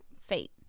fate